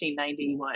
1991